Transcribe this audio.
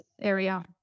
area